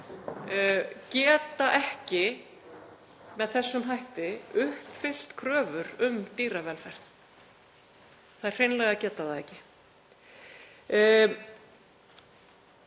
geta ekki með þessum hætti uppfyllt kröfur um dýravelferð. Þær hreinlega geta það ekki. Ég